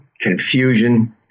confusion